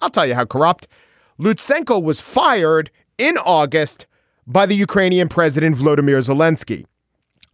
i'll tell you how corrupt luis sancho was fired in august by the ukrainian president vladimir zelinsky